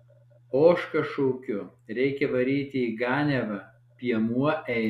ožką šaukiu reikia varyti į ganiavą piemuo eina